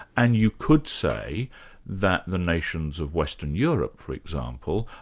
and you could say that the nations of western europe for example,